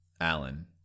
Allen